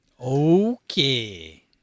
Okay